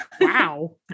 Wow